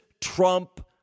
Trump